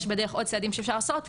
יש בדרך עוד צעדים שאפשר לעשות,